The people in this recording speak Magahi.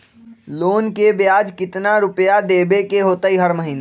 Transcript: लोन के ब्याज कितना रुपैया देबे के होतइ हर महिना?